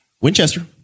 Winchester